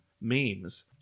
memes